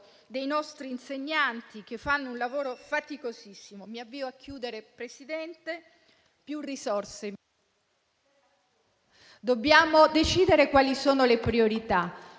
dei nostri insegnanti, che fanno un lavoro faticosissimo. Mi avvio a chiudere, Presidente. Più risorse, dobbiamo decidere quali sono le priorità;